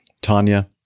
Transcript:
Tanya